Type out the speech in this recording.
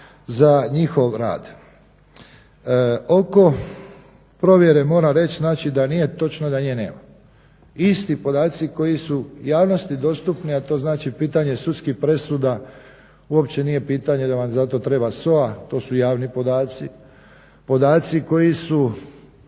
za njihov rad. Oko provjere moram reći nije točno da nje nema. Isti podaci koji su javnosti dostupni, a to znači pitanje sudskih presuda uopće nije pitanje da vam za to treba SOA, to su javni podaci. Podaci koji su